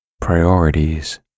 priorities